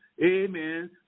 amen